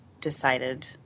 decided